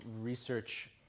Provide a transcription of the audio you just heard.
research